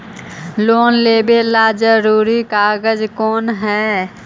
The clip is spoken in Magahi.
लोन लेब ला जरूरी कागजात कोन है?